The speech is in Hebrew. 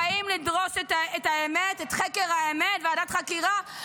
-- באים לדרוש את האמת, את חקר האמת, ועדת חקירה.